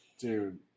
dude